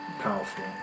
powerful